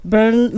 Burn